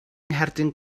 ngherdyn